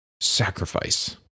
sacrifice